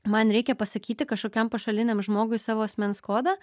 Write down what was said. man reikia pasakyti kažkokiam pašaliniam žmogui savo asmens kodą